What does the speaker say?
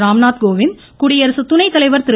ராம்நாத் கோவிந்த் குடியரசு துணைத்தலைவர் திரு